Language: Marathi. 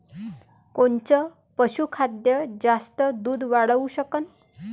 कोनचं पशुखाद्य जास्त दुध वाढवू शकन?